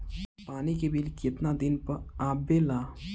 पानी के बिल केतना दिन पर आबे ला?